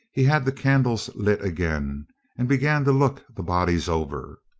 he had the candles lit again and began to look the bodies over.